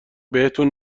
بهتون